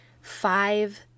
five